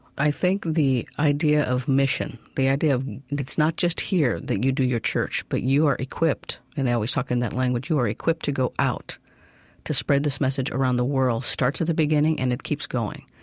i think the idea of mission. the idea of it's not just here that you do your church, but you are equipped, and they always talk in that language, you are equipped to go out to spread this message around the world. starts at the beginning and it keeps going.